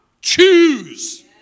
choose